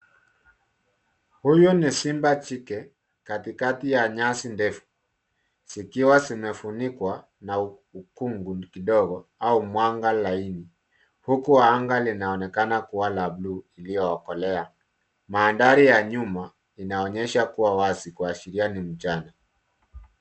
Huyu ni simba jike katikati ya nyasi ndefu zikiwa zimefunikwa na ukungu kidogo au mwanga laini huku anga linaonekana kuwa la bluu iliyokolea. Madhari ya nyuma inaonyesha kuwa wazi kuashiria ni mchana.